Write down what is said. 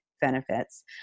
benefits